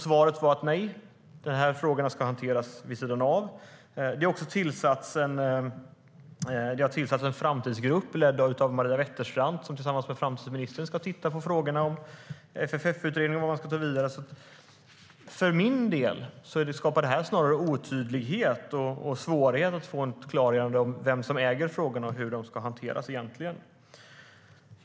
Svaret var nej - de här frågorna ska hanteras vid sidan av. Det har också tillsatts en framtidsgrupp ledd av Maria Wetterstrand. Denna ska tillsammans med framtidsministern titta på frågorna om FFF-utredningen och hur man ska ta detta vidare. För min del skapar det här snarare otydlighet och svårighet att få ett klargörande om vem som äger frågorna och hur de egentligen ska hanteras.